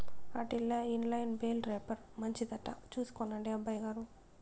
ఆటిల్ల inline bale wrapper మంచిదట చూసి కొనండి అబ్బయిగారు